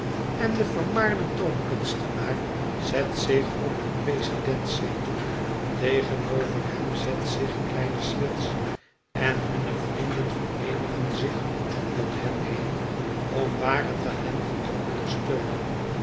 en de vermaarde toonkunstenaar zet zich op don presidentszetel tegenover hem zet zich kleine swills en hunne vrienden vereenigen zich om hen heen om ware talenten te ondersteunen